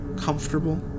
comfortable